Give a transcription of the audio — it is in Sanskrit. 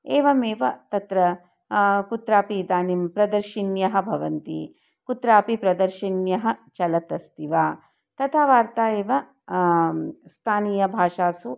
एवमेव तत्र कुत्रापि इदानीं प्रदर्शिन्यः भवन्ति कुत्रापि प्रदर्शिन्यः चलत् अस्ति वा तथा वार्ता एव स्थानीयभाषासु